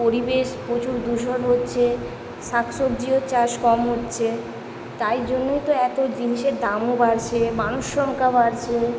পরিবেশ প্রচুর দূষণ হচ্ছে শাক সবজিও চাষ কম হচ্ছে তাই জন্যই তো এত জিনিসের দামও বাড়ছে মানুষ সংখ্যা বাড়ছে